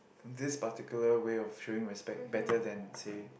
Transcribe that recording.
this particular way of showing respect better than say